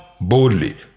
boldly